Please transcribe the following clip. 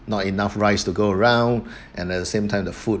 not enough rice to go round and at the same time the food